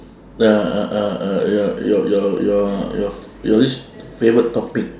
uh uh uh uh your your your your your your this favourite topic